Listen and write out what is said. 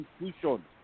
institution